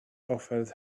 offered